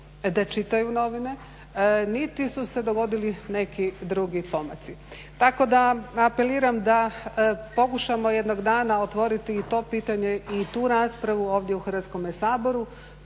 da čitaju novine. Niti su se dogodili neki drugi pomaci. Tako da, apeliram da pokušamo jednog dana otvoriti i to pitanje i tu raspravu ovdje u Hrvatskome saboru